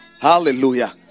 Hallelujah